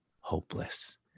hopeless